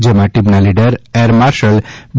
જેમાં ટીમન leader air marshal બી